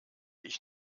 ich